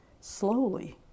slowly